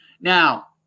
Now